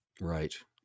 Right